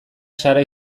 sara